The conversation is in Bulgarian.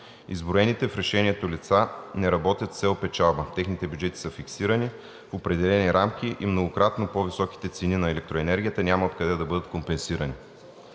Изброените в решението лица не работят с цел печалба. Техните бюджети са фиксирани в определени рамки и многократно по-високите цени на електроенергията няма откъде да бъдат компенсирани.